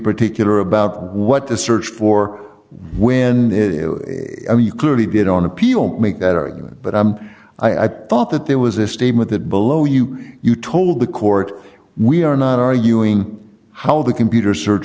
particular about what the search for when you clearly did on appeal make that argument but i thought that there was a statement that below you you told the court we are not arguing how the computer search